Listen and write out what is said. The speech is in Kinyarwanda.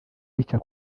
bica